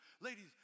Ladies